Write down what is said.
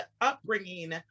upbringing